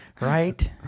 right